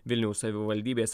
vilniaus savivaldybės